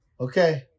okay